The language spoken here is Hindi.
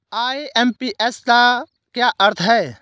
आई.एम.पी.एस का क्या अर्थ है?